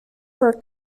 were